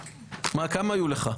כמה היו לך?